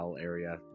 area